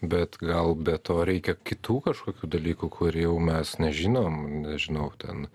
bet gal be to reikia kitų kažkokių dalykų kurie jau mes nežinom nežinau ten